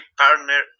partner